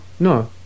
No